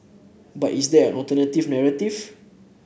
but is there an alternative narrative